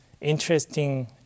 interesting